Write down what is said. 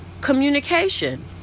communication